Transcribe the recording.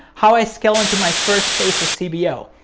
how i scale on to my first phase of cbo.